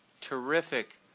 terrific